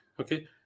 Okay